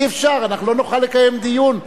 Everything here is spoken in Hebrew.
אי-אפשר, אנחנו לא נוכל לקיים דיון.